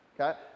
okay